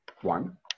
one